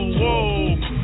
whoa